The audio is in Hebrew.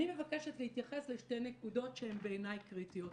אני מבקשת להתייחס לשתי שהן בעיניי קריטיות.